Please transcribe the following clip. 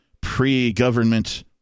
pre-government